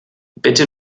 bitte